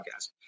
podcast